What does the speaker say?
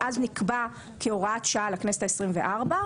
שאז נקבע כהוראת שעה לכנסת ה-24,